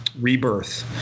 rebirth